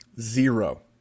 zero